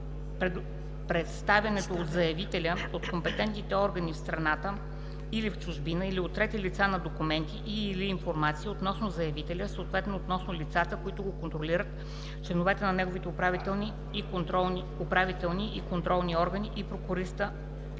представянето от заявителя, от компетентните органи в страната и в чужбина или от трети лица на документи и/или информация относно заявителя, съответно относно лицата, които го контролират, членовете на неговите управителни и контролни органи и прокуристите